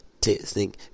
Texting